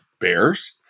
Bears